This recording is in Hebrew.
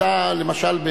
למשל,